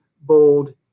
bold